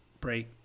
break